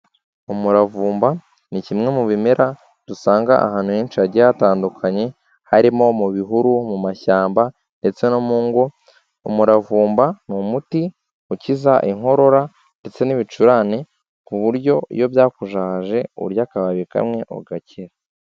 Umuravumba ni kimwe mu bimera dusanga ahantu henshi hagiye hatandukanye, harimo mu bihuru, mu mashyamba ndetse no mu ngo, umuravumba ni umuti ukiza inkorora, ndetse n'ibicurane, ku buryo iyo byakujahaje urya akababi kamwe ugakira.